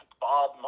Bob